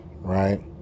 right